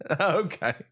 Okay